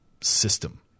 system